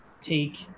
take